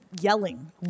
yelling